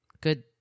Good